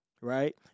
Right